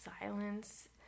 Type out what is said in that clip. silence